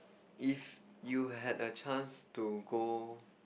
if you had a chance to go